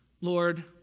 Lord